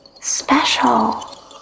special